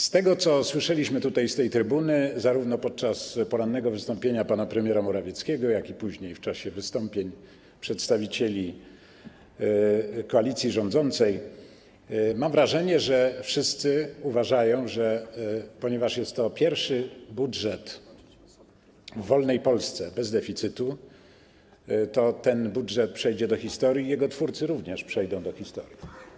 Z tego, co słyszeliśmy z tej trybuny zarówno podczas porannego wystąpienia pana premiera Morawieckiego, jak i później w czasie wystąpień przedstawicieli koalicji rządzącej, mam wrażenie, że wszyscy uważają, ponieważ jest to pierwszy budżet w wolnej Polsce bez deficytu, że ten budżet przejdzie do historii i jego twórcy również przejdą do historii.